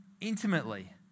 intimately